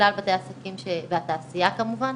כלל בתי העסקים והתעשייה כמובן,